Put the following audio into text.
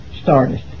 started